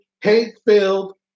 hate-filled